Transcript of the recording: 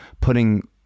putting